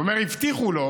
אז הוא אומר שהבטיחו לו.